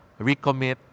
recommit